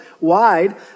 wide